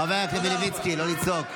חבר הכנסת מלביצקי, לא לצעוק.